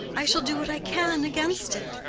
i shall do what i can against it.